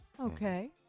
Okay